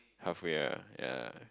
halfway ah ya